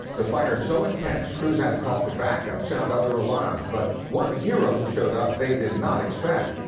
the fire so intense, crews had to call for backup, sound other alarms, but one hero who showed up they did not expect.